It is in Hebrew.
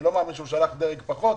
אני לא מאמין שהוא שלח דרג נמוך יותר.